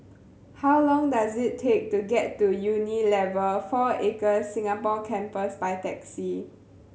how long does it take to get to Unilever Four Acres Singapore Campus by taxi